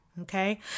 Okay